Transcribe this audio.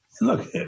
Look